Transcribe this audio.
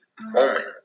moment